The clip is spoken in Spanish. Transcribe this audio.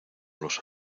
los